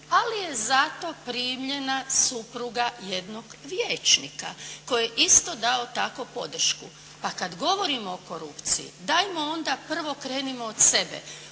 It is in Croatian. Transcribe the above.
ali je zato primljena supruga jednog vijećnika koji je isto dao tako podršku. Pa kad govorimo o korupciji, dajmo onda prvo krenimo od sebe,